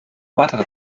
weitere